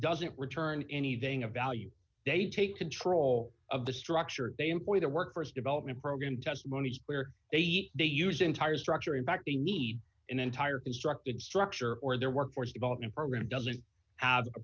doesn't return anything of value they take control of the structure they employ the work st development program testimony where they do use entire structure in fact they need an entire constructed structure or their workforce development program doesn't have